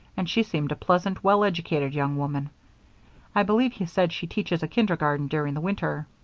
and she seemed a pleasant, well-educated young woman i believe he said she teaches a kindergarten during the winter.